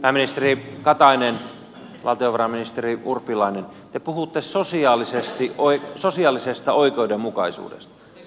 pääministeri katainen valtiovarainministeri urpilainen te puhutte sosiaalisesta oikeudenmukaisuudesta